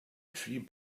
tree